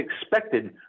expected